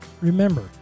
Remember